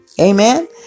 Amen